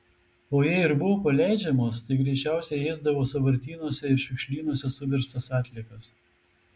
o jei ir buvo paleidžiamos tai greičiausiai ėsdavo sąvartynuose ir šiukšlynuose suverstas atliekas